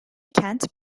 kent